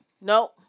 no